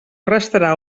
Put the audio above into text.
restarà